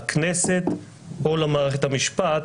לכנסת או למערכת המשפט,